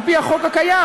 על-פי החוק הקיים,